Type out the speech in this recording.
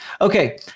Okay